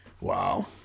wow